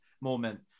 moment